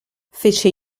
fece